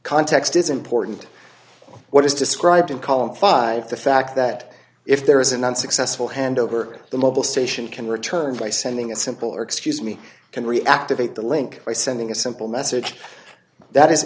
context is important what is described in column five the fact that if there is an unsuccessful handover the mobile station can return by sending a simple excuse me can reactivate the link by sending a simple message that is